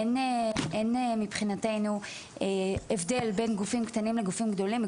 אין מבחינתנו הבדל בין גופים קטנים לגופים גדולים.